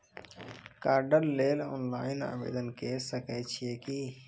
कार्डक लेल ऑनलाइन आवेदन के सकै छियै की?